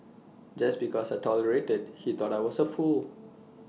just because I tolerated he thought I was A fool